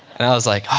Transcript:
and i was like,